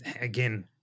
again